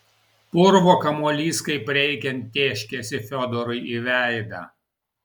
purvo kamuolys kaip reikiant tėškėsi fiodorui į veidą